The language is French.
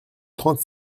trente